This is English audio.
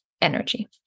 energy